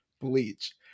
Bleach